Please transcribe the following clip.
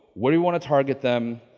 where do you want to target them,